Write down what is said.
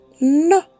no